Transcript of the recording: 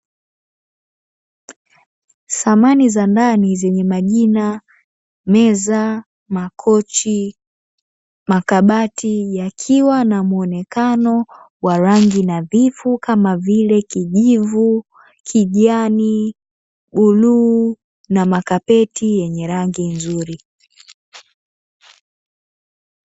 Samani za ndani zenye majina meza, makochi, makabati yakiwa na muonekano wa rangi nadhifu kama vile kijivu, kijani, bluu na makapeti yenye rangi nzuri.